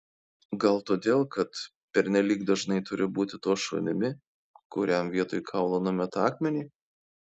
gal todėl kad pernelyg dažnai turiu būti tuo šunimi kuriam vietoj kaulo numeta akmenį